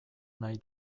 nahi